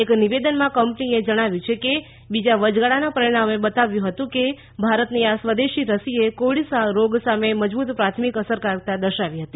એક નિવેદનમાં કંપનીએ જણાવ્યું છે કે બીજા વચગાળાના પરિણામોએ બતાવ્યું હતું કે ભારતની આ સ્વદેશી રસીએ કોવીડ રોગ સામે મજબૂત પ્રાથમિક અસરકારકતા દર્શાવી હતી